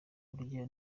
burya